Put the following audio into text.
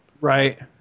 Right